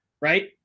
right